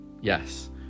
yes